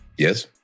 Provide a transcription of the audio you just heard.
Yes